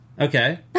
Okay